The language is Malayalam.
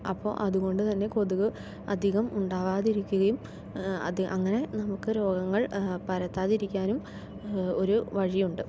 അപ്പോൾ അതുകൊണ്ടുതന്നെ കൊതുക് അധികം ഉണ്ടാകാതിരിക്കുകയും അങ്ങനെ നമുക്ക് രോഗങ്ങൾ പരത്താതിരിക്കാനും ഒരു വഴിയുണ്ട്